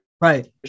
right